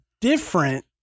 different